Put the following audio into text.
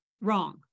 wrong